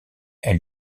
elle